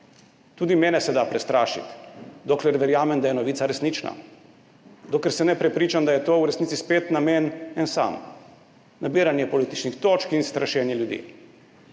Tudi mene se da prestrašiti, dokler verjamem, da je novica resnična, dokler se ne prepričam, da je tu v resnici spet namen en sam: nabiranje političnih točk in strašenje ljudi.